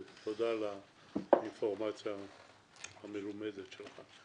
ותודה על האינפורמציה המלומדת שלך.